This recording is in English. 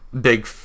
big